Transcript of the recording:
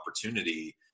opportunity